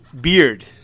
beard